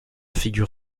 figure